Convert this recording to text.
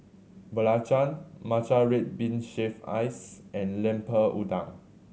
belacan matcha red bean shaved ice and Lemper Udang